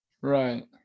Right